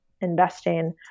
investing